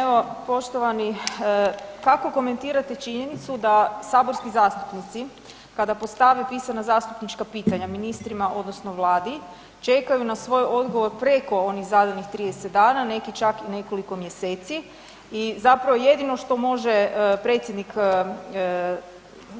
Evo poštovani, kako komentirati činjenicu da saborski zastupnici kada postave pisana zastupnička pitanja ministrima odnosno Vladi, čekaju na svoj odgovor preko onih zadanih 30 dana, neki čak i nekoliko mjeseci i zapravo jedino što može predsjednik